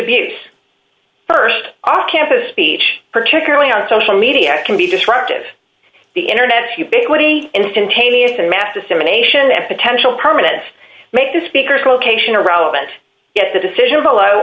abuse st off campus speech particularly on social media can be disruptive the internet's ubiquity instantaneous and mass dissemination and potential permanent make the speaker's location irrelevant yet the decision below